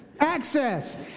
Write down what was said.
access